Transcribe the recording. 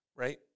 Right